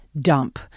dump